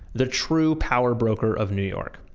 the true power broker of new york.